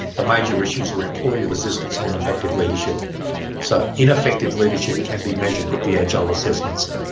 the major issues were employer resistance and ineffective leadership so ineffective leadership can be measured with the agile assessments.